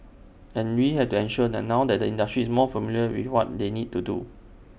and we have to ensure that now the industry is more familiar with what they need to do